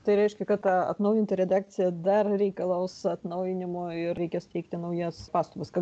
tai reiškia kad ta atnaujinta redakcija dar reikalaus atnaujinimo ir reikės teikti naujas pastabas ką